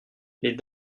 les